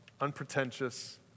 unpretentious